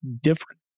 different